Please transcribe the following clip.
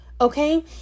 okay